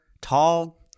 tall